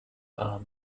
are